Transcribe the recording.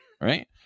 Right